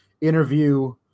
interview